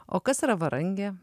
o kas yra varangė